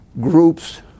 groups